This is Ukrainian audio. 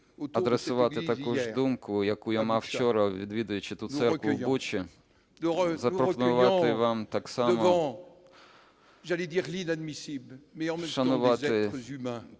адресувати також думку, яку я мав вчора, відвідуючи ту церкву в Бучі, запропонувати вам так само вшанувати